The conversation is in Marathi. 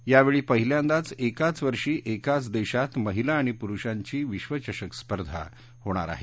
यावेळी पहिल्यांदाच एकाच वर्षी एकाच देशात महिला आणि पुरुषांची विश्वचषक स्पर्धा होणार आहे